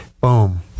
boom